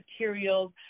materials